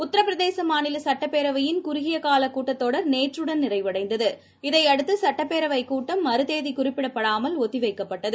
உத்தரபிரதேசமாநிலசட்டப்பேரவையின் குறுகியகாலகூட்டத்தொடர் நேற்றுடன் நிறைவடைந்தது இதையடுத்து சட்டப்பேரவைக் கூட்டம் மறுதேதிகுறிப்பிடாமல் ஒத்திவைக்கப்பட்டது